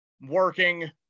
working